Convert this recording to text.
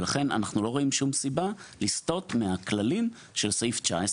ולכן אנחנו לא רואים שום סיבה לסטות מהכללים של סעיף 19,